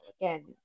again